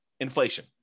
Inflation